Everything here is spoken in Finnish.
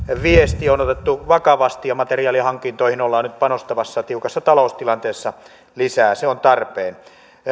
viesti on otettu vakavasti ja materiaalihankintoihin ollaan nyt panostamassa tiukassa taloustilanteessa lisää se on tarpeen